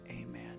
Amen